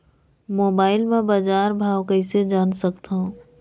Mobile म बजार भाव कइसे जान सकथव?